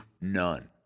None